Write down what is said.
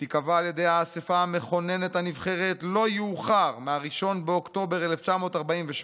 שתיקבע על ידי האספה המכוננת הנבחרת לא יאוחר מ-1 באוקטובר 1948,